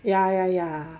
ya ya ya